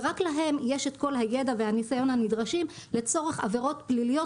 ורק להם יש את כל הידע והניסיון הנדרשים לצורך עבירות פליליות